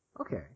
Okay